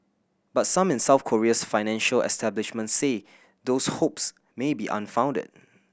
but some in South Korea's financial establishment say those hopes may be unfounded